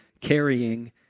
carrying